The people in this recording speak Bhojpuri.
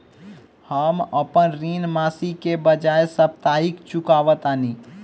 हम अपन ऋण मासिक के बजाय साप्ताहिक चुकावतानी